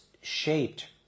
shaped